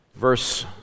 Verse